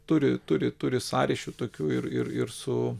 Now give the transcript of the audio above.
turi turi turi sąryšių tokių ir ir su